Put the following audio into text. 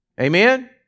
Amen